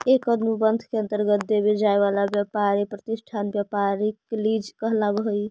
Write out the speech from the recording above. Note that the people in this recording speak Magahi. एक अनुबंध के अंतर्गत देवल जाए वाला व्यापारी प्रतिष्ठान व्यापारिक लीज कहलाव हई